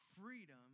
freedom